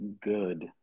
good